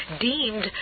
deemed